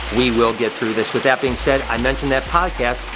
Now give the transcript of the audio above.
we will get through this. with that being said, i mentioned that podcast,